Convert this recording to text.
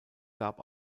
gab